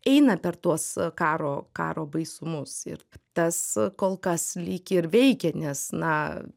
eina per tuos karo karo baisumus ir tas kol kas lyg ir veikia nes na